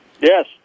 Yes